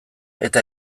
eta